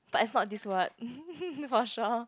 but is not this word for sure